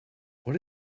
what